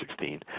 2016